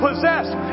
Possessed